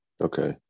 Okay